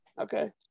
Okay